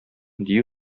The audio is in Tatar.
дию